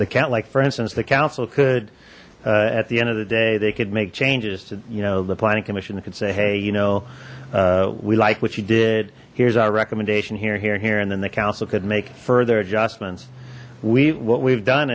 the count like for instance the council could at the end of the day they could make changes to you know the planning commission that could say hey you know we like what you did here's our recommendation here here here and then the council could make further adjustments we what we've done